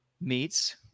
meets